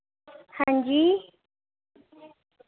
हांजी